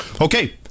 Okay